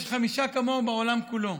יש חמישה כמוהו בעולם כולו.